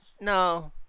no